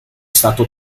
stato